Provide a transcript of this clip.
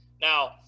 Now